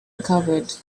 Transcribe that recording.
uncovered